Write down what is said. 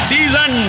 Season